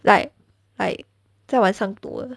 like like 在晚上读的